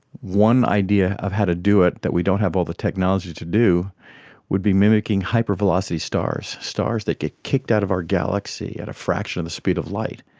one idea of how to do it that we don't have all the technology to do would be mimicking hypervelocity stars, stars that get kicked out of our galaxy at a fraction of the speed of light.